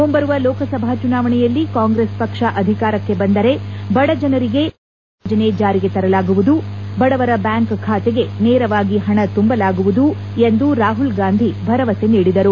ಮುಂಬರುವ ಲೋಕಸಭಾ ಚುನಾವಣೆಯಲ್ಲಿ ಕಾಂಗ್ರೆಸ್ ಪಕ್ಷ ಅಧಿಕಾರಕ್ಕೆ ಬಂದರೆ ಬಡಜನರಿಗೆ ಕನಿಷ್ಠ ಆದಾಯ ಯೋಜನೆ ಜಾರಿಗೆ ತರಲಾಗುವುದು ಬಡವರ ಬ್ಯಾಂಕ್ ಬಾತೆಗೆ ನೇರವಾಗಿ ಹಣ ತುಂಬಲಾಗುವುದು ಎಂದು ರಾಹುಲ್ಗಾಂಧಿ ಭರವಸೆ ನೀಡಿದರು